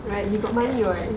right he got money [what]